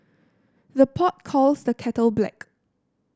the pot calls the kettle black